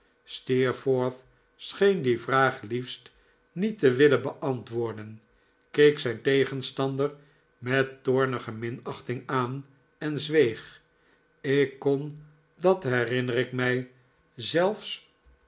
steerforth scheen die vraag liefst niet te willen beantwoorden keek zijn tegenstander met toornige minachting aan en zweeg ik kon dat herinner ik mij zelfs